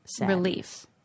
relief